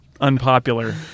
unpopular